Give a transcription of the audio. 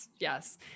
Yes